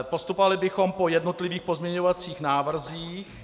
Postupovali bychom po jednotlivých pozměňovacích návrzích.